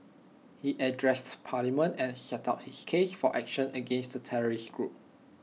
he addressed parliament and set out his case for action against the terrorist group